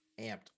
amped